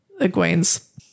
Egwene's